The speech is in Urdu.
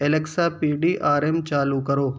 Alexa P D R M چالو کرو